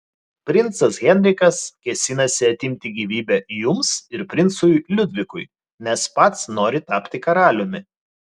princas henrikas kėsinasi atimti gyvybę jums ir princui liudvikui nes pats nori tapti karaliumi